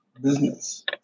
business